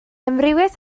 amrywiaeth